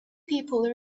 people